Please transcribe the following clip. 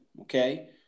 Okay